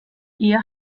ihr